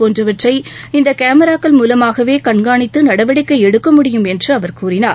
போன்றவற்றை இந்த கேமிராக்கள் மூலமாகவே கண்காணித்து நடவடிக்கை எடுக்க முடியும் என்று அவர் கூறினார்